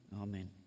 Amen